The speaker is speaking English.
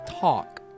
talk